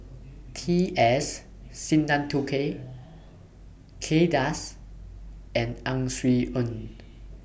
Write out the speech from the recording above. T S Sinnathuray Kay Das and Ang Swee Aun